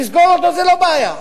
לסגור אותו זה לא בעיה,